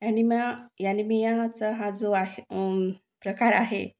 ॲनिमा ॲनिमियाचा हा जो आह प्रकार आहे